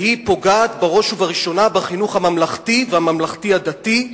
והיא פוגעת בראש ובראשונה בחינוך הממלכתי והממלכתי-דתי,